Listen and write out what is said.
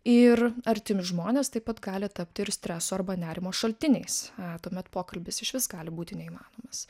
ir artimi žmonės taip pat gali tapti ir streso arba nerimo šaltiniais tuomet pokalbis išvis gali būti neįmanomas